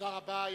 תודה רבה.